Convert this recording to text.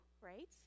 right